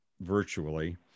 virtually